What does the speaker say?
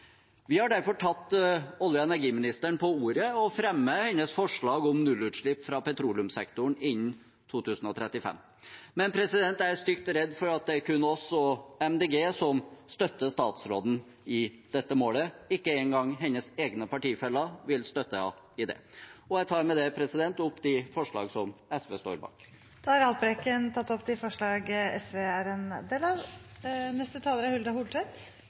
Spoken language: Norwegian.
Vi har derfor tatt olje- og energiministeren på ordet og fremmer hennes forslag om nullutslipp fra petroleumssektoren innen 2035. Men jeg er stygt redd for at det er kun oss og Miljøpartiet De Grønne som støtter statsråden i dette målet. Ikke engang hennes egne partifeller vil støtte henne i det. Jeg tar med det opp de forslagene SV står bak. Representanten Lars Haltbrekken har tatt opp de